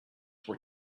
were